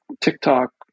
TikTok